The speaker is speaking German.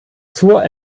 zur